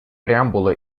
преамбулы